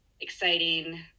exciting